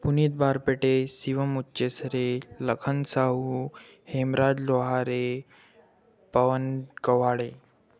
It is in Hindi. पुनीत बारपेटे सिवम उच्चेसरे लखन साहू हेमराज लोहारे पवन कवाड़े